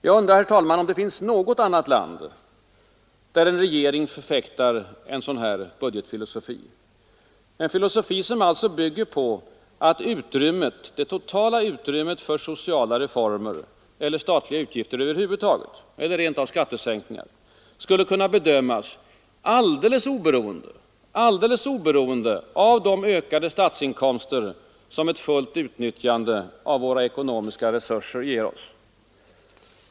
Jag undrar, herr talman, om det finns något annat land där en regering förfäktar en sådan här budgetfilosofi — en filosofi som alltså bygger på att det totala utrymmet för sociala reformer eller statliga utgifter över huvud taget eller rent av skattesänkningar skulle kunna bedömas alldeles oberoende av de ökade statsinkomster som ett fullt utnyttjande av våra ekonomiska resurser ger oss.